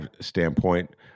standpoint